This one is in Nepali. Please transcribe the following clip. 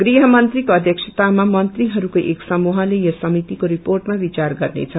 गृहमंत्रीको अध्यक्षातामा मंत्रीहरूको एक समूहले यस समितिको रिर्पोटमा विचार गर्नेछ